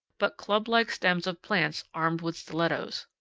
but clublike stems of plants armed with stilettos.